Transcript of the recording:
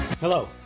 Hello